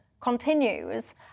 continues